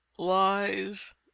lies